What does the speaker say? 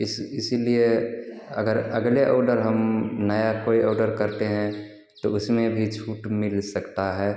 इस इसीलिए अगर अगले औडर हम नया कोई ओडर करते हैं तो उसमें भी छूट मिल सकता है